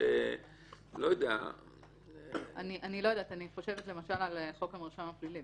אני חושבת למשל על חוק המרשם הפלילי.